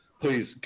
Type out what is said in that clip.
Please